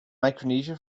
micronesia